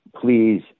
please